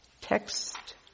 Text